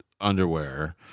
underwear